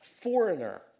foreigner